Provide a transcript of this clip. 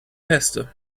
feste